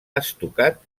estucat